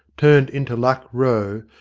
turned into luck row,